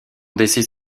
décès